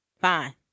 Fine